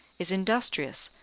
is industrious,